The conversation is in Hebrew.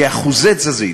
כאחוזי תזזית,